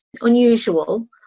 unusual